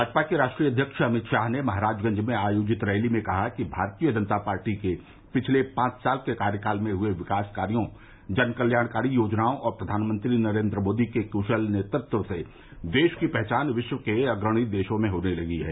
भाजपा के राष्ट्रीय अध्यक्ष अमित शाह ने महराजगंज में आयोजित रैली में कहा कि भारतीय जनता पार्टी के पिछले पांच साल के कार्यकाल में हुए विकास कार्यो जनकल्याणकारी योजनाओं और प्रधानमंत्री नरेन्द्र मोदी के कुशल नेतृत्व में देश की पहचान विश्व के अग्रणी देशों में होने लगी है